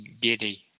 giddy